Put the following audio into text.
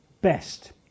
best